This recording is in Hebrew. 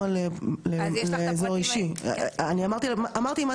אמרתי מה צריך לעשות כדי להיכנס לאזור האישי זה מה שצריך.